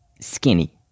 skinny